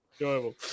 enjoyable